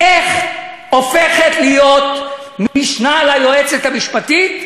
איך הופכת להיות משנה ליועץ המשפטי,